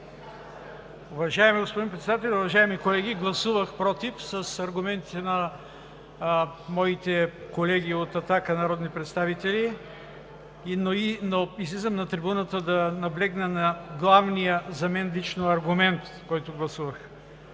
Уважаеми господин Председател, уважаеми колеги! Гласувах „против“ с аргументите на моите колеги от „Атака“, но излизам на трибуната да наблегна на главния за мен аргумент, който гласувах.